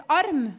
arm